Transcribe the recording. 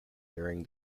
during